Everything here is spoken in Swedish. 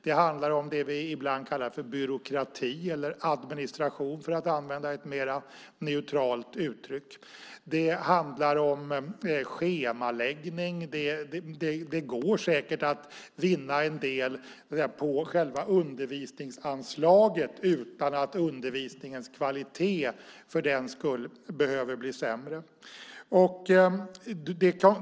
Det handlar om det som vi ibland kallar för byråkrati eller administration, för att använda ett mer neutralt uttryck. Det handlar om schemaläggning. Det går säkert att vinna en del på själva undervisningsanslaget utan att undervisningens kvalitet för den skull behöver bli sämre.